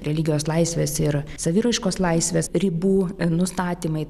religijos laisvės ir saviraiškos laisvės ribų nustatymai